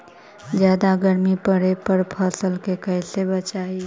जादा गर्मी पड़े पर फसल के कैसे बचाई?